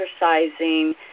exercising